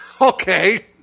Okay